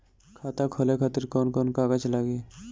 खाता खोले खातिर कौन कौन कागज लागी?